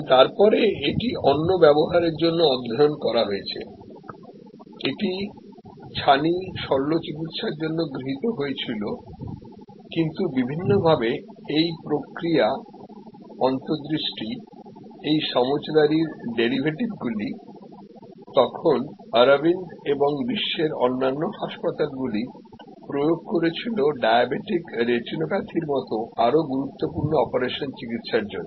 এবং তারপরে এটি অন্য ব্যবহারের জন্য প্রয়োগ করা হয়েছে এটি ছানি শল্য চিকিত্সার জন্য গৃহীত হয়েছিল কিন্তু বিভিন্নভাবে এই প্রক্রিয়া অন্তর্দৃষ্টি এই সমঝদারির ডেরিভেটিভগুলি তখন আরাবিন্দ এবং বিশ্বের অন্যান্য হাসপাতালগুলি প্রয়োগ করেছিল ডায়াবেটিক রেটিনোপ্যাথির মতো আরও গুরুত্বপূর্ণ অপারেশনের চিকিত্সার জন্য